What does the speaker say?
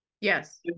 Yes